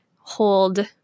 hold